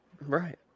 Right